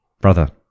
Brother